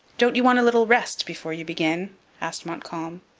don't you want a little rest before you begin asked montcalm,